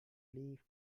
leaf